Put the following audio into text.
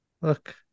look